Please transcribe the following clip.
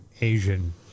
Asian